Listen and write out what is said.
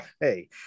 Hey